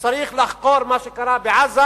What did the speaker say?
שצריך לחקור מה שקרה בעזה,